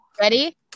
ready